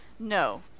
No